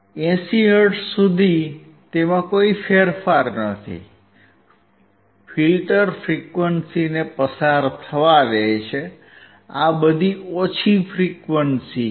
80 hertz સુધી તેમાં કોઈ ફેરફાર નથી ફિલ્ટર ફ્રિક્વંસીને પસાર થવા દે છે આ બધી ઓછી ફ્રિક્વંસી છે